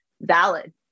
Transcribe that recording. valid